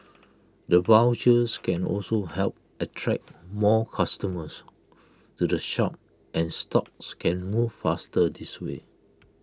the vouchers can also help attract more customers to the shop and stocks can move faster this way